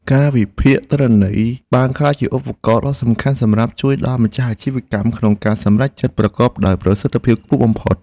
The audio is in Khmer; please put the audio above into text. ការវិភាគទិន្នន័យបានក្លាយជាឧបករណ៍ដ៏សំខាន់សម្រាប់ជួយដល់ម្ចាស់អាជីវកម្មក្នុងការសម្រេចចិត្តប្រកបដោយប្រសិទ្ធភាពខ្ពស់បំផុត។